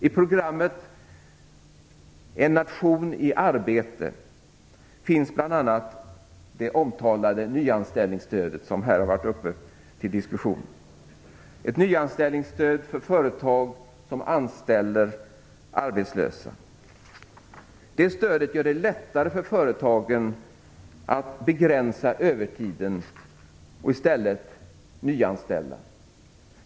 I programmet En nation i arbete finns bl.a. det omtalade nyanställningsstödet, som varit uppe till diskussion här - ett nyanställningsstöd för företag som anställer arbetslösa. Det stödet gör det lättare för företagen att begränsa övertiden och i stället nyanställa.